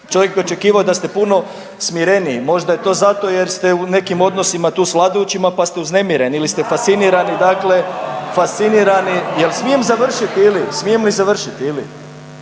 čovjek bi očekivao da ste puno smireniji. Možda je to zato jer ste u nekim odnosima tu sa vladajućima, pa ste uznemireni ili ste fascinirani, dakle … …/Govornici govore u glas./… Jel' smijem završiti? Smijem li završiti ili?